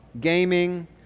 gaming